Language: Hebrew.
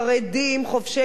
חובשי כיפות,